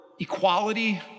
equality